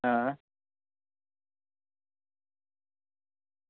हां